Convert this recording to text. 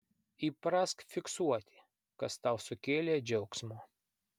įprask fiksuoti kas tau sukėlė džiaugsmo